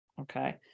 Okay